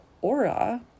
aura